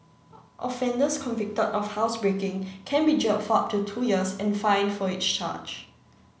offenders convicted of housebreaking can be jailed for up to two years and fined for each charge